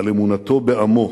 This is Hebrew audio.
על אמונתו בעמו,